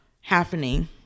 happening